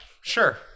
sure